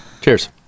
Cheers